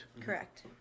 Correct